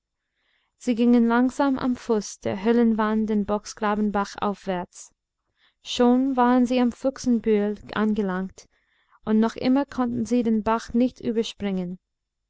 sie gingen langsam am fuß der höhlenwand den bocksgrabenbach aufwärts schon waren sie am fuchsenbühel angelangt und noch immer konnten sie den bach nicht überspringen